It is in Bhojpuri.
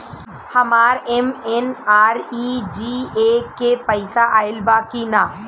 हमार एम.एन.आर.ई.जी.ए के पैसा आइल बा कि ना?